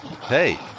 Hey